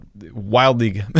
wildly